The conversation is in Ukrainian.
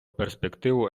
перспективу